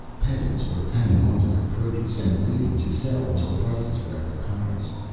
peasants were hanging on to their produce and waiting to sell until prices were at their highest.